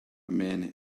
man